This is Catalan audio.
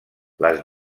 les